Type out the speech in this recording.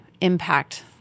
impact